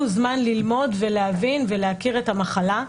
זמן ללמוד ולהבין ולהכיר את המחלה.